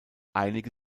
einige